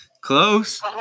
Close